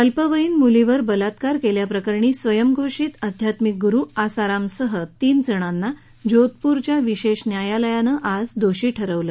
अल्पवयीन मुलीवर बलात्कार केल्याप्रकरणी स्वयंघोषित आध्यात्मिक गुरु आसारामसह तीनजणांना जोधपूरच्या विशेष न्यायलयानं आज दोषी ठरवलं